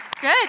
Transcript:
good